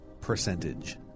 percentage